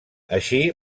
així